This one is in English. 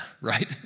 right